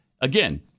Again